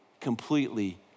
completely